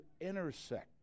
intersect